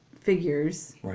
figures